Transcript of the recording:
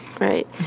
Right